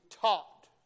taught